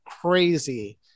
crazy